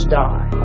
die